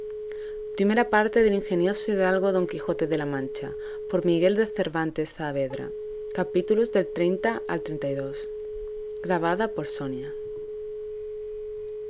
segunda parte del ingenioso caballero don quijote de la mancha por miguel de cervantes saavedra